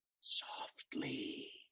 softly